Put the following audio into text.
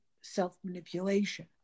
self-manipulation